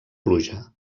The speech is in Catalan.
pluja